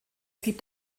gibt